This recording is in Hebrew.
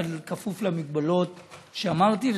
אבל כפוף למגבלות שאמרתי,